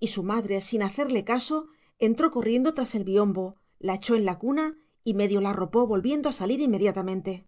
y su madre sin hacerle caso entró corriendo tras el biombo la echó en la cuna y medio la arropó volviendo a salir inmediatamente